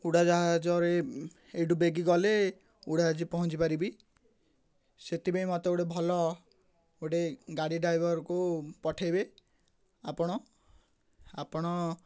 ଉଡ଼ାଯାହାଜରେ ଏଇଠୁ ବେଗି ଗଲେ ଉଡ଼ାଯାହାଜ ପହଁଞ୍ଚି ପାରିବି ସେଥିପାଇଁ ମୋତେ ଗୋଟେ ଭଲ ଗୋଟେ ଗାଡ଼ି ଡ୍ରାଇଭର୍କୁ ପଠେଇବେ ଆପଣ ଆପଣ